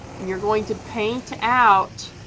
and you're going to paint out